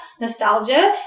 nostalgia